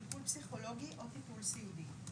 טיפול פסיכולוגי או טיפול סיעודי.